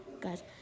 Guys